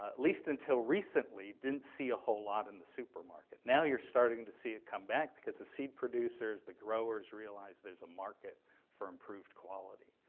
ah least until recently, didn't see a whole lot in the supermarket. now you're starting to see it come back because the seed producers, the growers realize there's a market for improved quality.